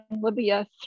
Libya